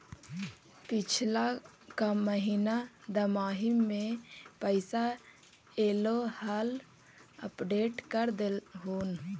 पिछला का महिना दमाहि में पैसा ऐले हाल अपडेट कर देहुन?